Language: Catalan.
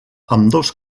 ambdós